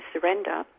surrender